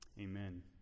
amen